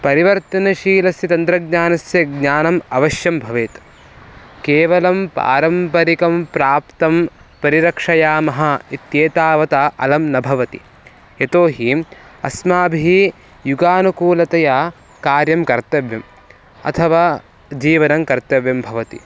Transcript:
परिवर्तनशीलस्य तन्त्रज्ञानस्य ज्ञानम् अवश्यं भवेत् केवलं पारम्परिकं प्राप्तं परिरक्षयामः इत्येतावता अलं न भवति यतो हि अस्माभिः युगानुकूलतया कार्यं कर्तव्यम् अथवा जीवनं कर्तव्यं भवति